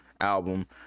album